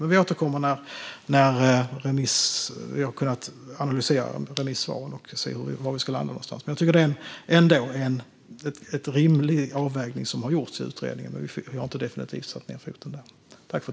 Men vi återkommer när vi har kunnat analysera remissvaren och ser var vi ska landa. Jag tycker dock att det är en rimlig avvägning som har gjorts i utredningen, även om jag inte definitivt har satt ned foten där.